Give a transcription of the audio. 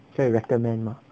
可以 recommend mah